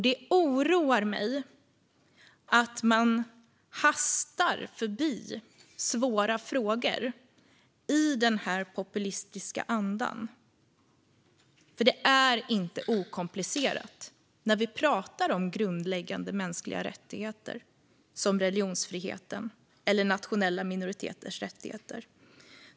Det oroar mig att man hastar förbi svåra frågor i denna populistiska anda, för det är inte okomplicerat att prata om grundläggande mänskliga rättigheter som religionsfriheten eller nationella minoriteters rättigheter.